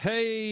Hey